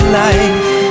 life